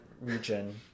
region